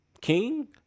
King